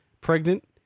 pregnant